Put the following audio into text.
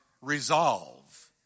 resolve